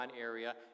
area